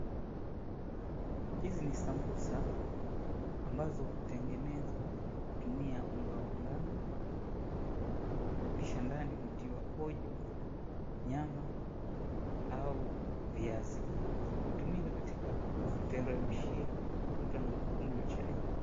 Hizi ni sambusa ambazo hutengenezwa kwa kutumia unga wa ngano. Kisha ndani hutiwa pojo, nyama au viazi. Hutumika katika kuteremshia mtu anapokunywa chai.